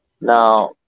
now